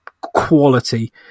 quality